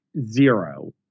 zero